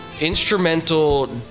instrumental